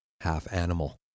half-animal